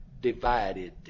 divided